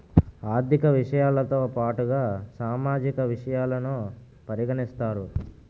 ఆర్థిక విషయాలతో పాటుగా సామాజిక విషయాలను పరిగణిస్తారు